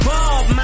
Bob